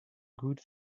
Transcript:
good